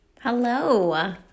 Hello